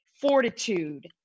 fortitude